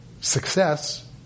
success